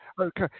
okay